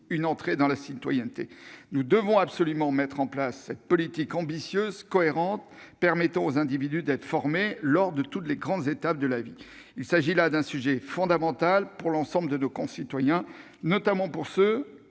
d'entrée dans la citoyenneté. Nous devons absolument mettre en place une politique ambitieuse et cohérente, permettant aux individus d'être formés lors de toutes les grandes étapes de la vie. Il s'agit d'un sujet tout à fait fondamental pour l'ensemble de nos concitoyens, notamment pour ceux